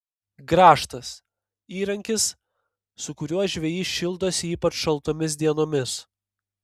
grąžtas įrankis su kuriuo žvejys šildosi ypač šaltomis dienomis